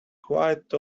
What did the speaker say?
quite